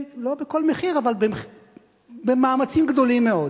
לא בכל מחיר, אבל במאמצים גדולים מאוד.